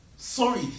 Sorry